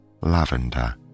lavender